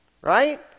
right